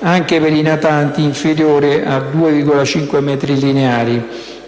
anche per i natanti inferiori a 2,5 metri lineari,